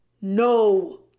No